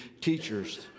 teachers